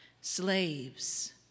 Slaves